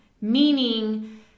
meaning